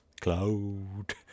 Cloud